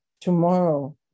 Tomorrow